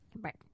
Right